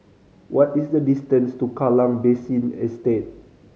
what is the distance to Kallang Basin Estate